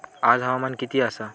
आज हवामान किती आसा?